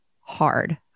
hard